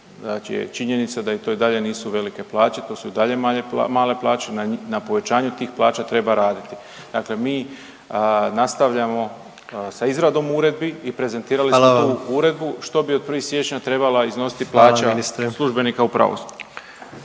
znači je činjenica da to i dalje nisu velike plaće, to su i dalje male plaće, na povećanju tih plaća treba raditi. Dakle mi nastavljamo sa izradom uredbi i prezentirali smo to u uredbu … .../Upadica: Hvala vam./... … što bi od